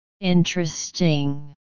Interesting